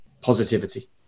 Positivity